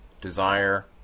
desire